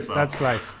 that's right.